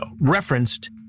referenced